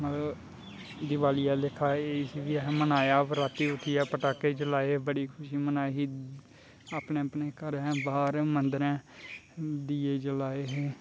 होर दिवाली आह्ले लेखा इसी बी आहें मनाया रातीं उठियै पटाखे जलाए हे बड़ी खुशी मनाई ही अपने अपने घरें बाह्र मंदरैं